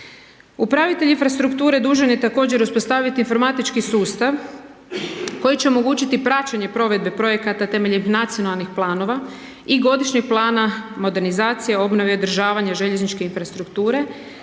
Upravitelj infrastrukture dužan je također uspostaviti informatički sustav koji će omogućiti praćenje provedbe projekata temeljem nacionalnih planova i godišnjeg plana modernizacije, obnove i održavanja željezničke infrastrukture